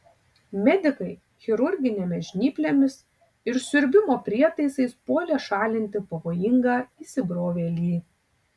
medikai chirurginėmis žnyplėmis ir siurbimo prietaisais puolė šalinti pavojingą įsibrovėlį